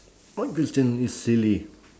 my question is silly